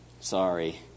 sorry